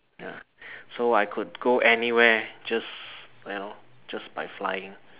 ya so I could go anywhere just you know just by flying